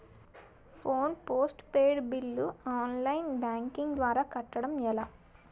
Phone post bill online banking ద్వారా కట్టడం ఎలా?